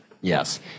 Yes